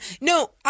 No